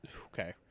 okay